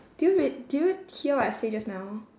do you wait did you hear what I say just now